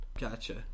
gotcha